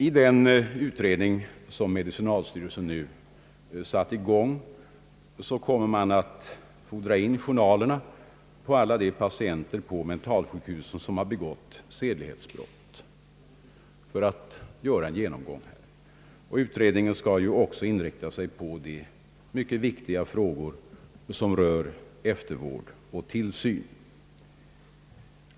I den utred ning som medicinalstyrelsen nu satt i gång kommer man att fordra in journalerna över alla de patienter på mentalsjukhusen, som har begått sedlighetsbrott, för att göra en genomgång av dem. Utredningen skall också inrikta sig på de mycket viktiga frågor som rör eftervård och tillsyn.